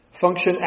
Function